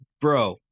bro